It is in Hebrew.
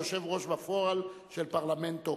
היושב-ראש בפועל של פרלמנט טונגה.